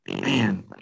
man